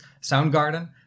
Soundgarden